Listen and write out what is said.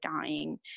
dying